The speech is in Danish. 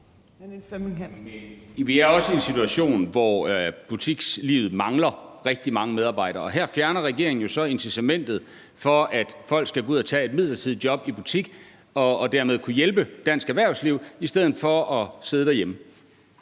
vi er også i en situation, hvor butikslivet mangler rigtig mange medarbejdere. Og her fjerner regeringen jo så incitamentet til, at folk skal gå ud og tage et midlertidigt job i en butik og dermed kunne hjælpe dansk erhvervsliv i stedet for at sidde derhjemme.